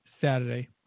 Saturday